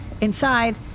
inside